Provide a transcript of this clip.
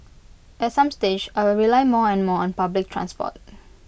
at some stage I will rely more and more on public transport